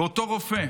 ואותו רופא,